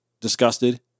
disgusted